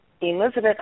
Elizabeth